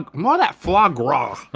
like more of that foie gras.